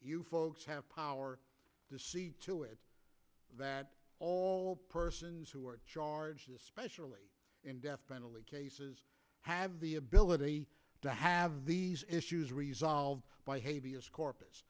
you folks have power to see to it that all persons who are charged especially in death penalty cases have the ability to have these issues resolved by